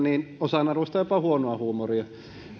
osaan arvostaa jopa huonoa huumoria